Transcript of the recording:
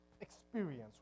experience